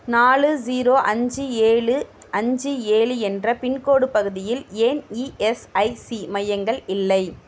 நாலு ஸீரோ அஞ்சு ஏழு அஞ்சு ஏழு என்ற பின்கோடு பகுதியில் ஏன் இஎஸ்ஐசி இல்லை